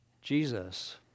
Jesus